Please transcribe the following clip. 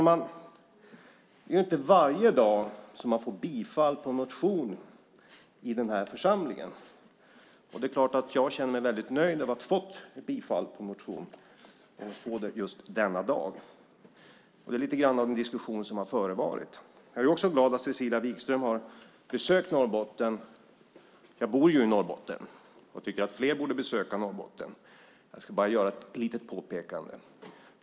Det är inte varje dag man kommer att få bifall på en motion i den här församlingen. Jag känner mig nöjd över att min motion kommer att bifallas denna dag. Det är lite grann av en diskussion som har förevarit. Jag är också glad att Cecilia Wigström har besökt Norrbotten. Jag bor i Norrbotten, och jag tycker att fler borde besöka Norrbotten. Jag ska bara göra ett litet påpekande.